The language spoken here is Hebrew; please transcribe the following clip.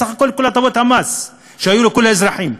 סך הכול כל הטבות המס שהיו לכל האזרחים.